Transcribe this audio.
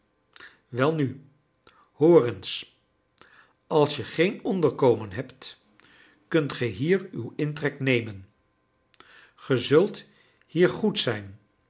welnu hoor eens als je geen onderkomen hebt kunt ge hier uw intrek nemen ge zult hier goed zijn